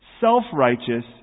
self-righteous